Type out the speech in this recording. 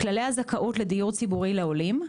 כללי הזכאות לדיור ציבורי לעולים,